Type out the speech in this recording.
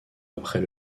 après